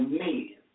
men